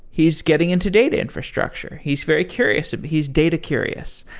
he's getting into data infrastructure, he's very curious, he's data curious.